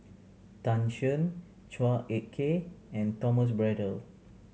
Tan Shen Chua Ek Kay and Thomas Braddell